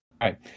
Right